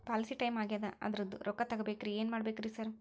Policy time ಆಗ್ಯಾದ ಅದ್ರದು ರೊಕ್ಕ ತಗಬೇಕ್ರಿ ಏನ್ ಮಾಡ್ಬೇಕ್ ರಿ ಸಾರ್?